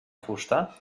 fusta